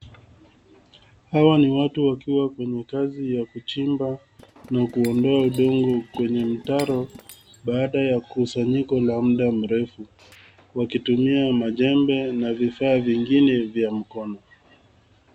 Hawa ni watu wakiwa kwenye kazi ya kuchimba na kuondoa udongo kwenye mtaro baada ya kusanyiko la mda mrefu wakitumia majembe na vifaa vingine vya mkono.